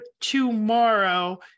tomorrow